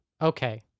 okay